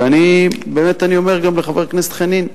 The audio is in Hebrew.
ואני אומר גם לחבר הכנסת חנין,